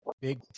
big